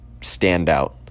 Standout